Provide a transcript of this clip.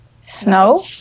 Snow